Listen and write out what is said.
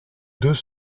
deux